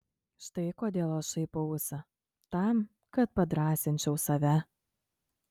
štai kodėl aš šaipausi tam kad padrąsinčiau save